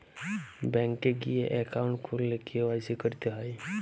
bank এ গিয়ে account খুললে কে.ওয়াই.সি ক্যরতে হ্যয়